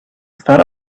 thought